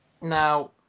Now